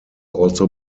also